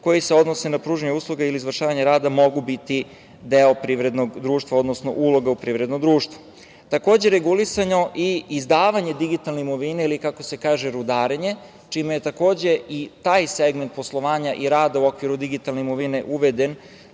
koji se odnose na pružanje usluga ili izvršavanje rada mogu biti deo privrednog društva, odnosno uloga u privredno društvo. Takođe, regulisano je i izdavanje digitalne imovine ili, kako se kaže, rudarenje, čime je takođe i taj segment poslovanja i rada u okviru digitalne imovine uveden